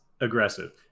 aggressive